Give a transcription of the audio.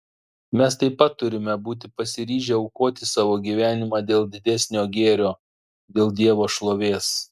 mes taip pat turime būti pasiryžę aukoti savo gyvenimą dėl didesnio gėrio dėl dievo šlovės